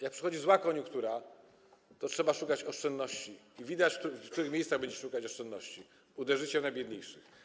Jak przychodzi zła koniunktura, to trzeba szukać oszczędności i widać, w których miejscach będziecie szukać oszczędności - uderzycie w najbiedniejszych.